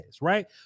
right